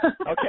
Okay